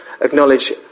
acknowledge